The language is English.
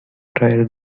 trial